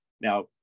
Now